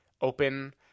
open